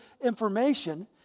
information